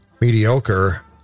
mediocre